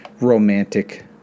romantic